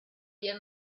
via